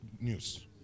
news